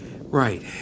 Right